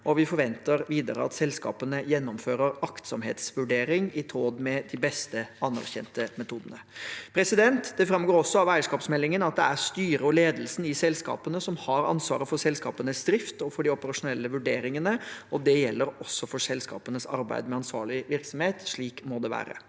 Vi forventer videre at selskapene gjennomfører aktsomhetsvurderinger i tråd med de beste, anerkjente metoder. Det framgår også av eierskapsmeldingen at det er styret og ledelsen i selskapene som har ansvaret for selskapenes drift og for de operasjonelle vurderingene. Det gjelder også for selskapenes arbeid med ansvarlig virksomhet. Slik må det være.